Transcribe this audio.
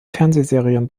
fernsehserien